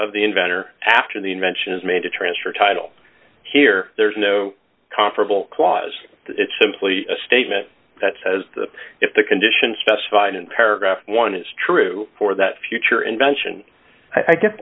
of the inventor after the invention is made to transfer title here there's no confortable clause it's simply a statement that says that if the condition specified in paragraph one is true for that future invention i guess